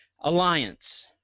Alliance